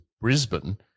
brisbane